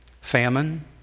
famine